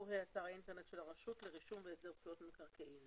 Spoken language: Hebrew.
מקום הפרסום הוא אתר האינטרנט של הרשות לרישום והסדר זכויות במקרקעין.